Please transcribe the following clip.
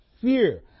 fear